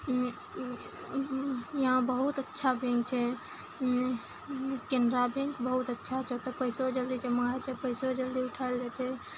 यहाँ बहुत अच्छा बैंक छै केनरा बैंक बहुत अच्छा छै ओतऽ पैसो जल्दी जमा होइ छै पैसो जल्दी उठाओल जाइ छै